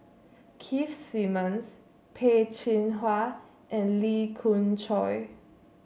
Keith Simmons Peh Chin Hua and Lee Khoon Choy